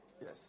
Yes